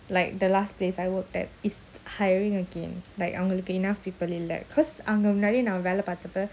like the last place I worked at is hiring again like அவங்களுக்கு:avangaluku enough people இல்ல:illa cause அவங்கநெறையநான்வேலபார்த்தப்ப:avanga neraya nan vela parthapa